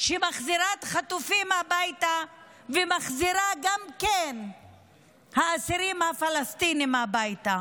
שמחזירה את החטופים הביתה וגם מחזירה את האסירים הפלסטינים הביתה,